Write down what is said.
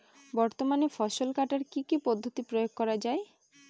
বর্তমানে ফসল কাটার কি কি পদ্ধতি প্রয়োগ করা হয়?